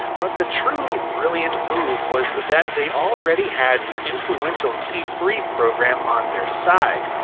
but the truly brilliant move was that they already had the influential t three program on their side.